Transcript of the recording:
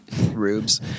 Rubes